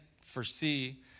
foresee